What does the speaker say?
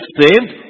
saved